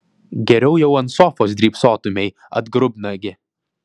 geriau jau ant sofos drybsotumei atgrubnagi